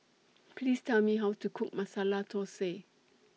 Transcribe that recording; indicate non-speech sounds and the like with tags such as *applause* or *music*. *noise* Please Tell Me How to Cook Masala Thosai